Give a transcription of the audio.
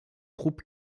troupes